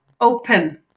open